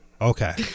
okay